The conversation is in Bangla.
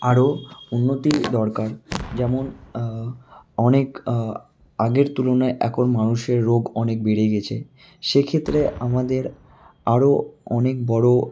আরও উন্নতি দরকার যেমন অনেক আগের তুলনায় এখন মানুষের রোগ অনেক বেড়ে গেছে সেক্ষেত্রে আমাদের আরও অনেক বড়ো